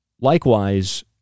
Likewise